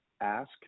ask